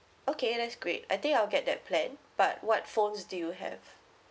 okay that's great I think I'll get that plan but what phones do you have